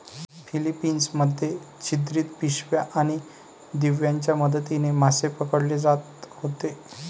Philippines मध्ये छिद्रित पिशव्या आणि दिव्यांच्या मदतीने मासे पकडले जात होते